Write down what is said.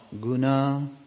Guna